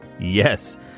Yes